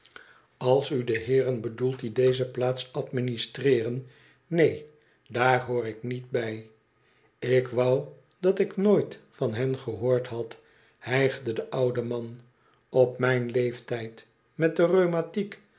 als u de heeren bedoelt die deze plaats administreer en neen daar hoor ik niet bij ik wou dat ik nooit van hen gehoord had hijgde de oude man op mijn leeftijd met de